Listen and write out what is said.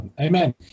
Amen